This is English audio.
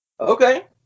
Okay